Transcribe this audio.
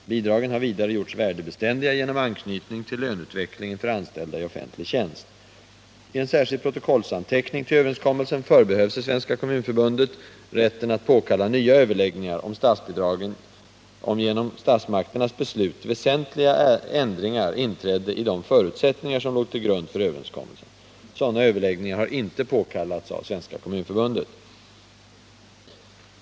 Bidragen har vidare gjorts värdebeständiga genom anknytning till löneutvecklingen för anställda i offentlig tjänst. I en särskild protokollsanteckning till överenskommelsen förbehöll sig Svenska kommunförbundet rätten att påkalla nya överläggningar om statsbidragen, om genom statsmakternas beslut väsentliga ändringar inträdde i de förutsättningar som låg till grund för överenskommelsen. Sådana överläggningar har inte påkallats av Svenska kommunförbundet.